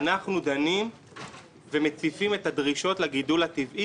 אנחנו דנים ומציפים את הדרישות לגידול הטבעי